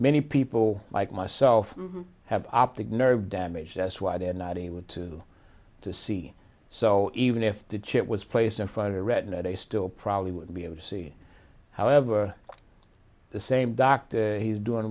many people like myself have optic nerve damage that's why they're not able to to see so even if the chip was placed in front of the retina they still probably would be able to see however the same dr he's doing